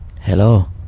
hello